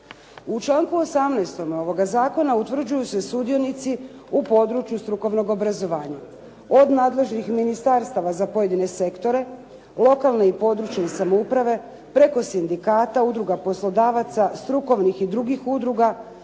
U članku 18. ovoga zakona utvrđuju se sudionici u području strukovnog obrazovanja od nadležnih ministarstava za pojedine sektore, lokalne i područne samouprave preko sindikata, udruga poslodavaca, strukovnih i drugih udruga,